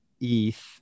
ETH